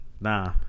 Nah